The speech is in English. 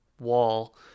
wall